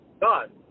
God